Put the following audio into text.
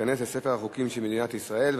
ותיכנס לספר החוקים של מדינת ישראל.